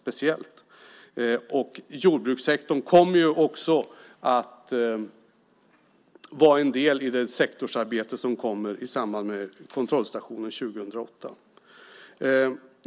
Jordbrukssektorn kommer att vara en del i det sektorsarbete som kommer i samband med kontrollstationen 2008.